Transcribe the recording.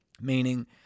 meaning